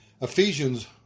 Ephesians